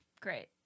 Great